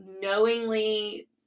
knowingly